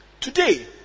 today